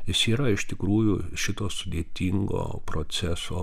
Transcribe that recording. jis yra iš tikrųjų šito sudėtingo proceso